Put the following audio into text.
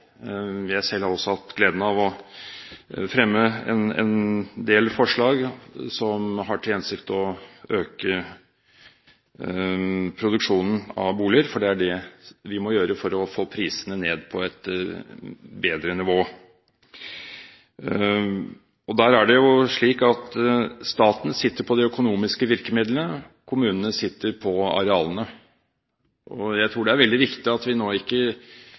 selv også hatt gleden av å fremme en del forslag som har til hensikt å øke produksjonen av boliger, for det er det vi må gjøre for å få prisene ned på et bedre nivå. Det er slik at staten sitter på de økonomiske virkemidlene, kommunene sitter på arealene. Jeg tror det er veldig viktig at vi nå ikke